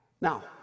Now